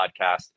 podcast